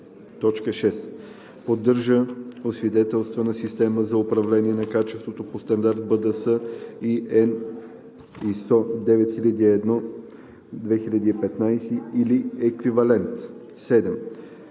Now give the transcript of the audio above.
и 7: „6. поддържа освидетелствана система за управление на качеството по стандарт БДС EN ISO 9001:2015 или еквивалентен; 7.